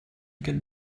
get